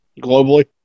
globally